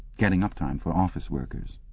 getting-up time for office workers.